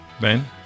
Ben